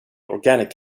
organic